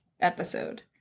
episode